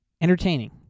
Entertaining